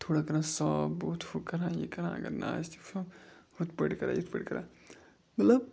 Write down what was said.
تھوڑا کَران صاف بُتھ ہُہ کَران یہِ کَران اگر نہٕ آسہِ تہِ ہُتھ پٲٹھۍ کَران یِتھ پٲٹھۍ کَران مطلب